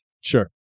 Sure